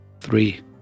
Three